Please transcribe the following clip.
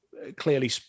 Clearly